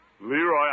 Leroy